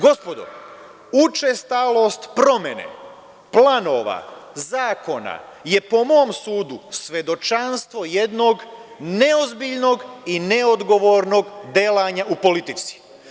Gospodo, učestalost promene planova zakona je, po mom sudu, svedočanstvo jednog neozbiljnog i neodgovornog delanja u politici.